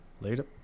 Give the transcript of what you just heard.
later